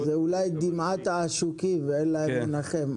זה אולי דמעת העשוקים ואין להם מנחם,